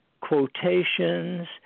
quotations